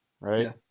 right